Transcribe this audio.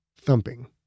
thumping